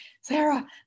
Sarah